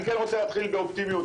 אני רוצה להתחיל באופטימיות,